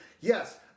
yes